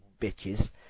bitches